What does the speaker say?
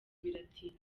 biratinda